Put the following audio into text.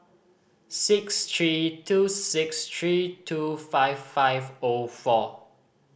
six three two six three two five five O four